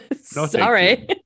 Sorry